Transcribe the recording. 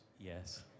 Yes